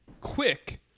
quick